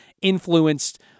influenced